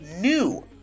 new